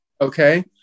Okay